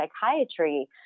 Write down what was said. psychiatry